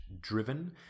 driven